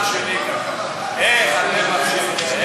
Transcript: איך אתם עשיתם,